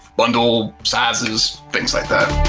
bundle, sizes things like that